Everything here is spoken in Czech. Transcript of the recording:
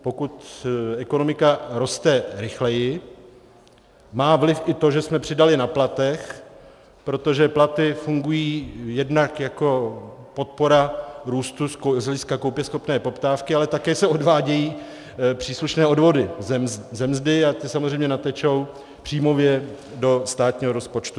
Pokud ekonomika roste rychleji, má vliv i to, že jsme přidali na platech, protože platy fungují jednak jako podpora růstu z hlediska koupěschopné poptávky, ale také se odvádějí příslušné odvody ze mzdy a ty samozřejmě natečou příjmově do státního rozpočtu.